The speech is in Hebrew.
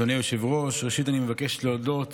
אדוני היושב-ראש, ראשית אני רוצה להודות